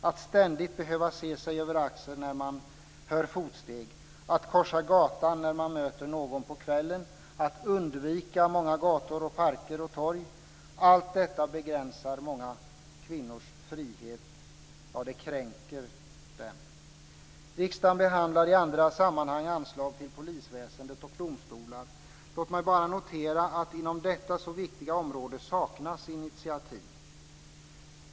Att ständigt behöva se sig över axeln när man hör fotsteg, att korsa gatan när man möter någon på kvällen, att undvika många gator, parker och torg - allt detta begränsar många kvinnors frihet, ja, det kränker dem. Riksdagen behandlar i andra sammanhang anslag till polisväsende och domstolar. Låt mig bara notera att inom detta så viktiga område saknas initiativ.